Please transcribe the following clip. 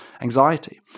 anxiety